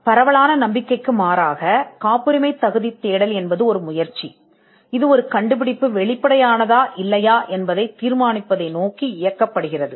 பிரபலமான நம்பிக்கைக்கு மாறாக காப்புரிமை தேடல் என்பது ஒரு முயற்சி இது ஒரு கண்டுபிடிப்பு வெளிப்படையானதா இல்லையா என்பதை தீர்மானிப்பதை நோக்கியதாகும்